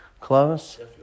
close